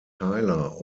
tyler